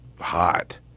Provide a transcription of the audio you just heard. hot